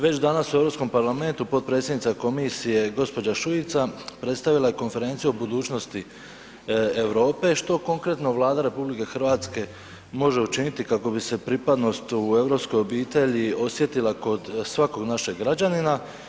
Već danas u EU parlamentu potpredsjednica komisije gđa. Šujica predstavila je konferenciju o budućnosti Europe, što konkretno Vlada RH može učiniti kako bi se pripadnost u europskoj obitelji osjetila kod svakog našeg građanina.